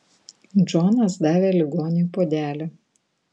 džonas davė ligoniui puodelį